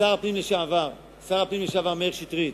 שר הפנים לשעבר, מאיר שטרית,